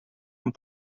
amb